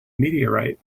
meteorite